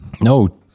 No